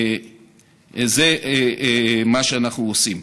זה מה שאנחנו עושים.